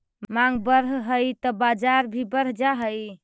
माँग बढ़ऽ हइ त बाजार मूल्य भी बढ़ जा हइ